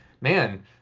man